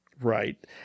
Right